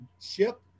ship